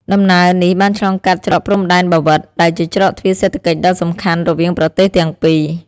ដំណើរនេះបានឆ្លងកាត់ច្រកព្រំដែនបាវិត ដែលជាច្រកទ្វារសេដ្ឋកិច្ចដ៏សំខាន់រវាងប្រទេសទាំងពីរ។